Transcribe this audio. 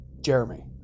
Jeremy